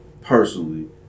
personally